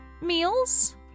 meals